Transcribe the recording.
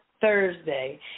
Thursday